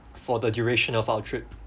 for the duration of our trip